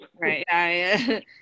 Right